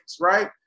right